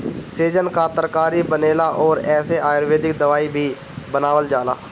सैजन कअ तरकारी बनेला अउरी एसे आयुर्वेदिक दवाई भी बनावल जाला